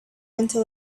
until